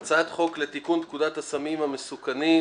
לדיון בנושא הצעת חוק לתיקון פקודת הסמים המסוכנים,